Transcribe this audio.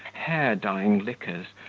hair-dyeing liquors,